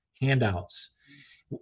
handouts